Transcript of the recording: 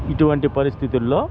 ఇటువంటి పరిస్థితుల్లో